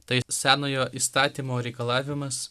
tai senojo įstatymo reikalavimas